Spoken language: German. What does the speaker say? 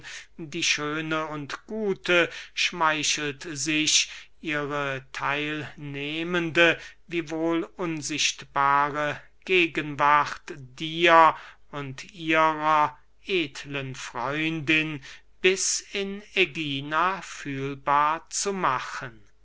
die schöne und gute schmeichelt sich ihre theilnehmende wiewohl unsichtbare gegenwart dir und ihrer edeln freundin bis in ägina fühlbar zu machen